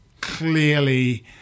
clearly